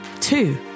Two